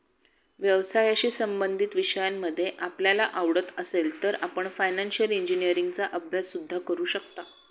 व्यवसायाशी संबंधित विषयांमध्ये आपल्याला आवड असेल तर आपण फायनान्शिअल इंजिनीअरिंगचा अभ्यास सुद्धा करू शकता